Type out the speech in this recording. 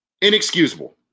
Inexcusable